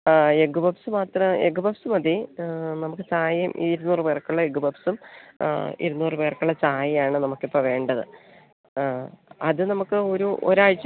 ആ egg puffs മാത്രം egg puffs മതി നമുക്ക് ചായയും ഇരുന്നൂറ് പേർക്ക് ഉള്ള എഗ്ഗ് പഫ്സും ഇരുന്നൂറ് പേർക്ക് ഉള്ള ചായയാണ് നമുക്ക് ഇപ്പം വേണ്ടത് ആ അത് നമുക്ക് ഒരു ഒരാഴ്ച